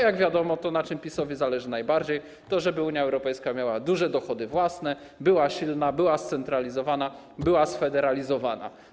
Jak wiadomo, to, na czym PiS-owi zależy najbardziej, to żeby Unia Europejska miała duże dochody własne, żeby była silna, scentralizowana i sfederalizowana.